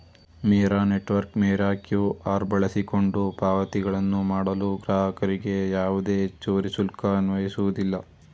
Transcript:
ಮೇರಾ network Mera QR ಬಳಸಿಕೊಂಡು ಪಾವತಿಗಳನ್ನು ಮಾಡಲು ಗ್ರಾಹಕರಿಗೆ ಯಾವುದೇ ಹೆಚ್ಚುವರಿ ಶುಲ್ಕ ಅನ್ವಯಿಸುವುದಿಲ್ಲ